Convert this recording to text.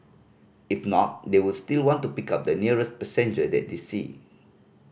if not they will still want to pick up the nearest passenger that they see